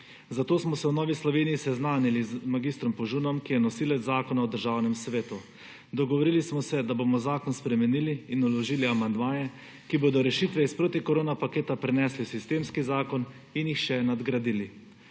Zato smo se v Novi Sloveniji seznanili z mag. Požunom, ki je nosilec zakona v Državnem svetu. Dogovorili smo se, da bomo zakon spremenili in vložili amandmaje, ki bodo rešitve iz protikoronapaketa prenesli v sistemski zakon in jih še nadgradili.